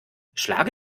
schlage